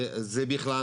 וזה בכלל,